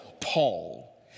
paul